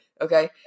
Okay